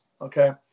okay